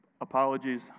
Apologies